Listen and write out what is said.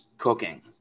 cooking